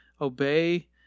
obey